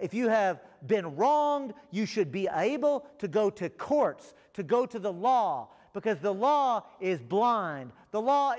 if you have been wronged you should be able to go to court to go to the law because the law is blind the law